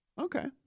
Okay